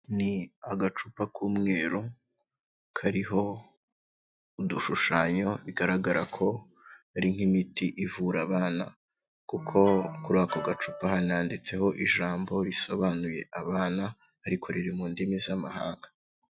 Ni agacupa k'umweru kariho udushushanyo, bigaragara ko ari nk'imiti ivura abana, kuko kuri ako gacupa hananditseho ijambo risobanuye abana, ariko riri mu ndimi z'amahanga.